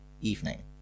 evening